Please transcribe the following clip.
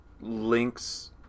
Link's